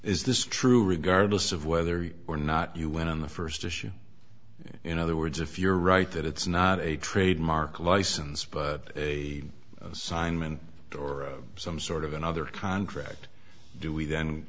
is this true regardless of whether or not you went on the first issue in other words if you're right that it's not a trademark license but a simon or some sort of another contract do